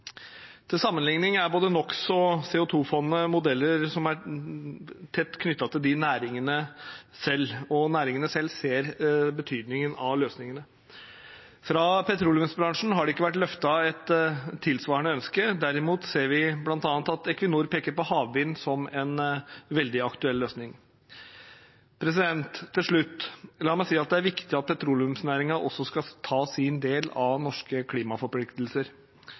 Til sammenlikning er både NOx-fondet og CO2-fondet modeller som er tett knyttet til de næringene selv, og næringene selv ser betydningen av løsningene. Fra petroleumsbransjen har det ikke vært løftet et tilsvarende ønske. Derimot ser vi at Equinor bl.a. peker på havvind som en veldig aktuell løsning. La meg til slutt si at det er viktig at petroleumsnæringen også skal ta sin del av norske klimaforpliktelser.